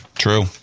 True